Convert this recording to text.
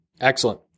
Excellent